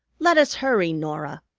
let us hurry, norah.